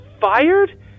fired